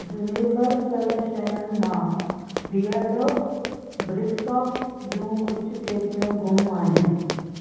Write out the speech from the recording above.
deliver कयल शयुनि मां बीयरडो ब्रिक सोप जूं कुझु पेतियूं गुम आहिनि